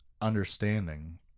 understanding